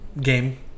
game